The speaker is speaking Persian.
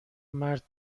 مرد